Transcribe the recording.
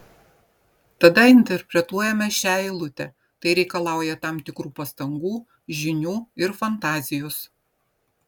tada interpretuojame šią eilutę tai reikalauja tam tikrų pastangų žinių ir fantazijos